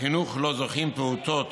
החינוך שלו זוכים פעוטות,